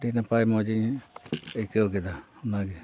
ᱟᱹᱰᱤ ᱱᱟᱯᱟᱭ ᱢᱚᱡᱽ ᱜᱮ ᱟᱹᱭᱠᱟᱣ ᱠᱮᱫᱟ ᱚᱱᱟᱜᱮ